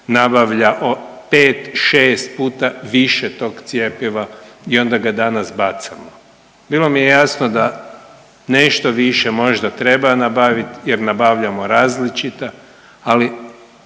nabavlja 5, 6 puta više tog cjepiva i onda ga danas bacamo. Bilo mi je jasno da nešto više možda treba nabaviti, jer nabavljamo različita, ali